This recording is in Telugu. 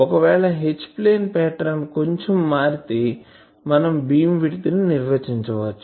ఒకవేళ H ప్లేన్ పాటర్న్ కొంచెం మారితే మనం బీమ్ విడ్త్ ని నిర్వచించవచ్చు